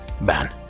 Ben